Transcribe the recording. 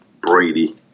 Brady